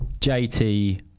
JT